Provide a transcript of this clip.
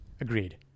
Agreed